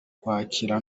ukwakira